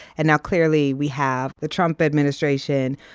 and now, clearly, we have the trump administration,